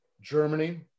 Germany